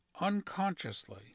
unconsciously